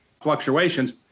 fluctuations